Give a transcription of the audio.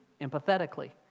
empathetically